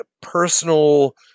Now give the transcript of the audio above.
personal